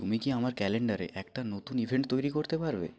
তুমি কি আমার ক্যালেন্ডারে একটা নতুন ইভেন্ট তৈরি করতে পারবে